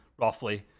roughly